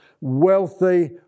wealthy